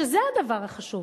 כשזה הדבר החשוב.